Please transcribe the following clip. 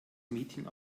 meeting